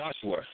Joshua